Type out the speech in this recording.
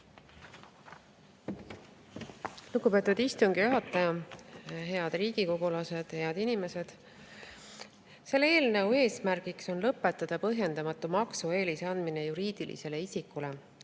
Lugupeetud istungi juhataja! Head riigikogulased! Head inimesed! Selle eelnõu eesmärk on lõpetada põhjendamatu maksueelise andmine juriidilisele isikule,